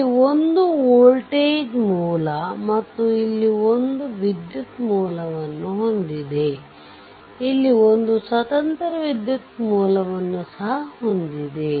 ಇಲ್ಲಿ ಒಂದು ವೋಲ್ಟೇಜ್ ಮೂಲ ಮತ್ತು ಇಲ್ಲಿ 1 ವಿದ್ಯುತ್ ಮೂಲವನ್ನು ಹೊಂದಿದೆ ಮತ್ತು ಇಲ್ಲಿ ಒಂದು ಸ್ವತಂತ್ರ ವಿದ್ಯುತ್ ಮೂಲವನ್ನು ಸಹ ಹೊಂದಿದೆ